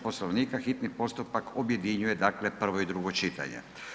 Poslovnika hitni postupak objedinjuje dakle prvo i drugo čitanje.